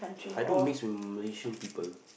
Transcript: I don't mix with Malaysian people